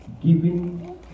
giving